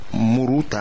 Muruta